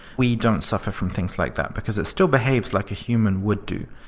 we don't suffer from things like that, because it still behaves like a human would do.